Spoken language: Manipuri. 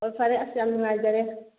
ꯑꯣ ꯐꯔꯦ ꯑꯁ ꯌꯥꯝ ꯅꯨꯡꯉꯥꯏꯖꯔꯦ